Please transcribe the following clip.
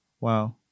wow